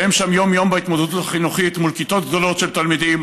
שהם שם יום-יום בהתמודדות החינוכית מול כיתות גדולות של תלמידים,